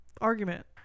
argument